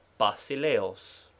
basileos